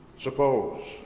Suppose